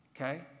okay